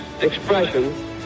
expression